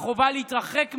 החובה להתרחק מהניגוד,